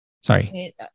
sorry